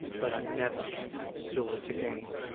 but i never saw it again.